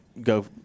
go